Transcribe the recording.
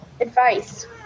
advice